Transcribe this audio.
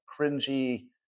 cringy